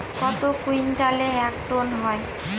কত কুইন্টালে এক টন হয়?